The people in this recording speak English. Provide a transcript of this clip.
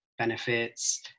benefits